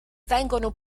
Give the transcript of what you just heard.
vengono